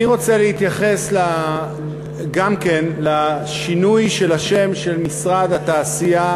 אני רוצה להתייחס גם כן לשינוי השם של משרד התעשייה